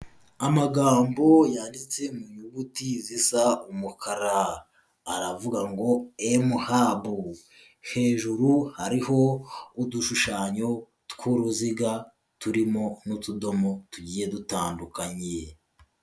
Amagambo yanditse mu nyuguti zisa umukara aravuga ngo: mHub, hejuru hariho udushushanyo tw'uruziga turimo n'utudomo tugiye dutandukanye.